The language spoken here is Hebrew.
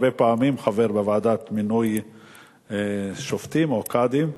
היית הרבה פעמים חבר בוועדה למינוי שופטים או קאדים.